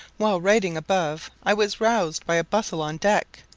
while writing above i was roused by a bustle on deck,